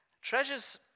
Treasures